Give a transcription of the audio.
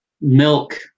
milk